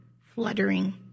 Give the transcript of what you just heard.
fluttering